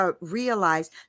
realize